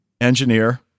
Engineer